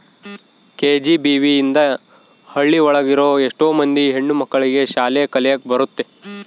KGBV ಇಂದ ಹಳ್ಳಿ ಒಳಗ ಇರೋ ಎಷ್ಟೋ ಮಂದಿ ಹೆಣ್ಣು ಮಕ್ಳಿಗೆ ಶಾಲೆ ಕಲಿಯಕ್ ಬರುತ್ತೆ